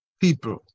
people